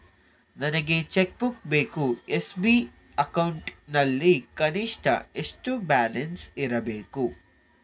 ನನಗೆ cheque book ಬೇಕು SB account ನಲ್ಲಿ ಕನಿಷ್ಠ ಎಷ್ಟು ಬ್ಯಾಲೆನ್ಸ್ ಇರಬೇಕು?